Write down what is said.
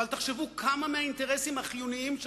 אבל תחשבו כמה מהאינטרסים החיוניים של